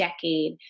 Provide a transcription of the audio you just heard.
decade